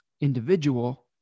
individual